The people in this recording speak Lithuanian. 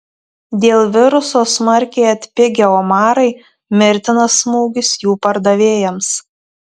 dėl viruso smarkiai atpigę omarai mirtinas smūgis jų pardavėjams